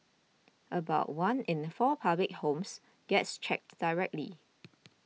about one in four public homes gets checked directly